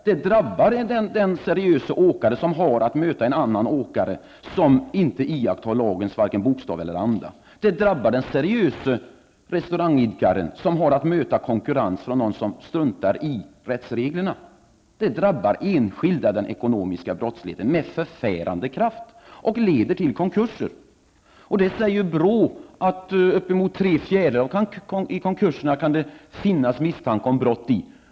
Det drabbar den seriöse åkare som har att möta en annan åkare som inte iakttar lagens varken bokstav eller anda. Det drabbar den seriöse restaurangidkare som har att möta konkurrens från någon som struntar i rättsreglerna. Den ekonomiska brottsligheten drabbar enskilda med förfärande kraft och leder till konkurser. BRÅ säger att det i uppemot tre fjärdedelar av konkurserna kan finnas misstanke om brott.